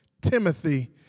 Timothy